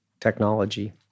technology